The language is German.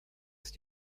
ist